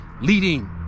leading